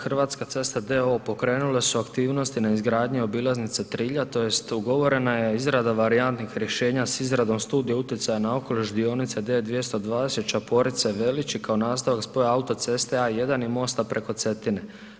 Hrvatske ceste d.o.o. pokrenule su aktivnosti na izgradnji obilaznice Trilja, tj. ugovorena je izrada varijantnih rješenja s izradom studije utjecaja na okoliš dionice D220 Čaporice-Velići kao nastavak spoja autoceste A1 i mosta preko Cetine.